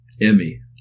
Emmy